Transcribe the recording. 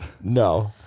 No